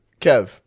Kev